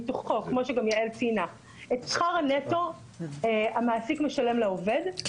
מתוכו את שכר הנטו המעסיק משלם לעובד,